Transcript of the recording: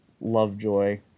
Lovejoy